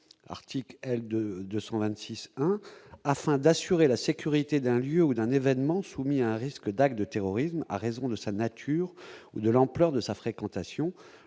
article L de 226. Afin d'assurer la sécurité d'un lieu ou d'un événement, soumis à un risque d'acte de terrorisme en raison de sa nature ou de l'ampleur de sa fréquentation,